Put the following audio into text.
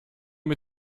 mit